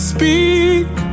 Speak